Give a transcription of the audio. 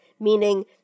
meaning